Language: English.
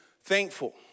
thankful